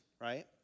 right